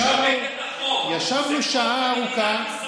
ישבנו שעה ארוכה,